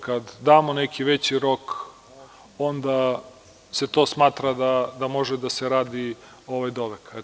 Kada damo neki veći rok, onda se to smatra da može da se radi ovaj dole.